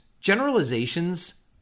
Generalizations